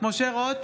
משה רוט,